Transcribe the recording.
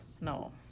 no